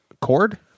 Cord